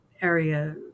area